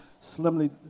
slimly